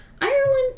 Ireland